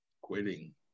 quitting